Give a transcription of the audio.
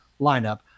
lineup